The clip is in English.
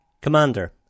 Commander